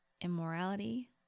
immorality